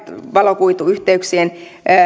valokuituyhteyksien